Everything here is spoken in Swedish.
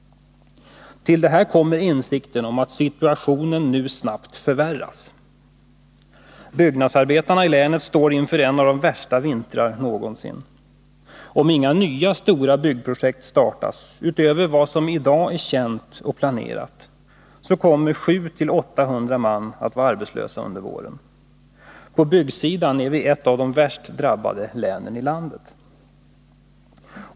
Till detta kommer insikten om att situationen nu snabbt förvärras. Byggnadsarbetarna i länet står inför en av de värsta vintrarna någonsin. Om inga nya stora byggprojekt startas utöver vad som i dag är känt och planerat, så kommer 700-800 man att vara arbetslösa under våren. På byggsidan är vi ett av de värst drabbade länen i landet.